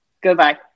Goodbye